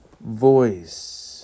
voice